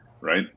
right